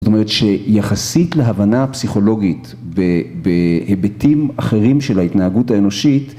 זאת אומרת שיחסית להבנה פסיכולוגית בהיבטים אחרים של ההתנהגות האנושית